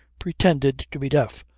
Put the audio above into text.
pretended to be deaf.